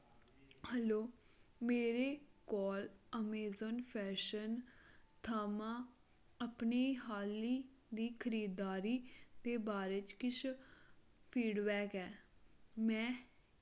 hello मेरे काल Amazon fashion थमां अपनी हाली दी खरीददारी दे बारे च किश फीडबैक ऐ में